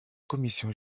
commission